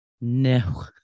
no